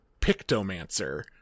pictomancer